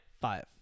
Five